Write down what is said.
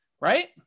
right